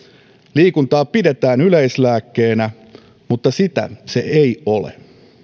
liikuntaa pidetään yleislääkkeenä mutta sitä se ei ole